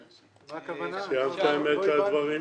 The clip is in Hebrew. סיימתם את הדברים שלכם?